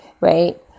right